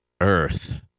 Earth